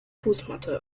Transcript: fußmatte